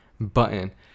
Button